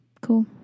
Cool